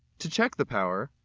to check the power,